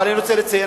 אבל אני רוצה לציין,